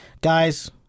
Guys